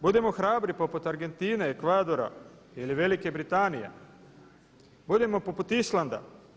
Budimo hrabri poput Argentine, Ekvadora ili Velike Britanije, budimo poput Islanda.